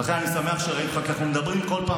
לכן אני שמח שראיתי אותך, כי אנחנו מדברים כל פעם.